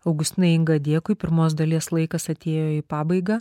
augustinai inga dėkui pirmos dalies laikas atėjo į pabaigą